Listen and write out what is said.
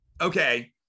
Okay